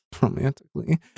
romantically